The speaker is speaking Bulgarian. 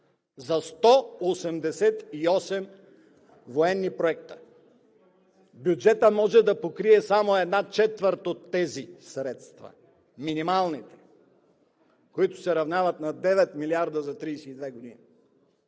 за 188 военни проекта! Бюджетът може да покрие само една четвърт от тези средства – минималните, които се равняват на 9 милиарда за 32 години.